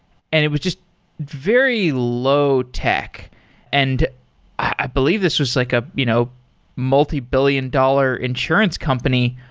and it was just very low-tech. and i believe this was like a you know multibillion-dollar insurance company.